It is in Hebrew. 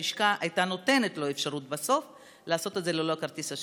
הלשכה נתנה לו בסוף אפשרות לעשות את זה ללא כרטיס אשראי.